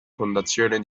fondazione